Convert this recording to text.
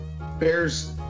Bears